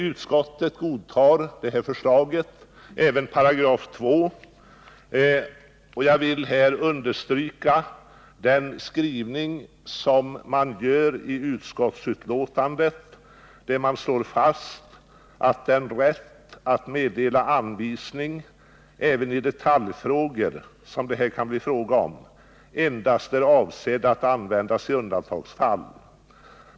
Utskottet godtar förslaget — även i fråga om 2§ — men jag vill starkt understryka den skrivning som görs i utskottsbetänkandet, där det slås fast att den rätt att meddela anvisning även i detaljfrågor, som det här kan bli fråga om, endast är avsedd att användas i undantagsfall.